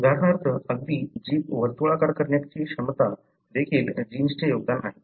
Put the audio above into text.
उदाहरणार्थ अगदी जीभ वर्तुळाकार करण्याची क्षमता देखील जीन्सचे योगदान आहे